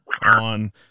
on